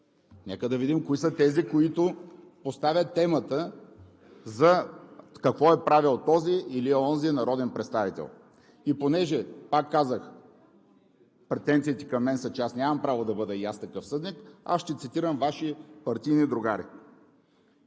нека да видим кои са тези, които поставят темата какво е правил този или онзи народен представител? И понеже, пак казах, претенциите към мен са, че аз нямам право да бъда и аз такъв съдник, ще цитирам Ваши партийни другари.